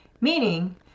Meaning